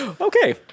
Okay